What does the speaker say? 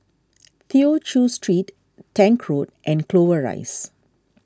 Tew Chew Street Tank Road and Clover Rise